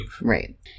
Right